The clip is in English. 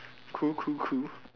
cool cool cool